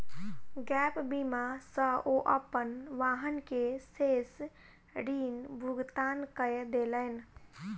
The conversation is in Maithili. गैप बीमा सॅ ओ अपन वाहन के शेष ऋण भुगतान कय देलैन